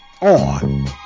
on